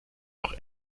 noch